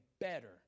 better